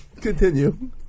Continue